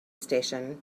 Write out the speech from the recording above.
station